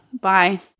bye